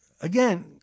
again